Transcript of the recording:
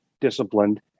disciplined